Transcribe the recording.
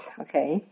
Okay